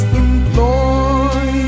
employ